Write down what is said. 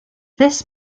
this